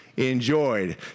Enjoyed